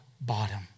bottom